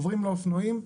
לאופנועים,